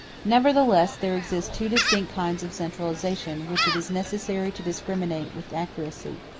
nevertheless, there exist two distinct kinds of centralization, which it is necessary to discriminate with accuracy.